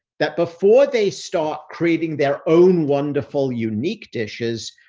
that before they start creating their own wonderful, unique dishes,